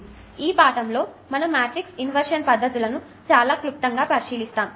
కాబట్టి ఈ పాఠంలో మనం మాట్రిక్స్ ఇన్వర్షన్ పద్దతులను చాలా క్లుప్తంగా పరిశీలిస్తాము